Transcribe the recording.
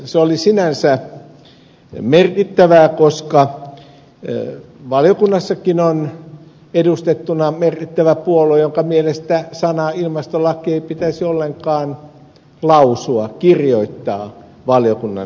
se oli sinänsä merkittävää koska valiokunnassakin on edustettuna merkittävä puolue jonka mielestä sanaa ilmastolaki ei pitäisi ollenkaan lausua kirjoittaa valiokunnan toimesta